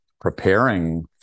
preparing